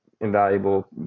invaluable